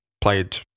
Played